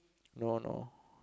no no